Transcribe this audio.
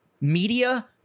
Media